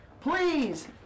please